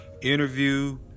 interview